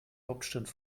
hauptstadt